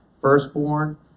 firstborn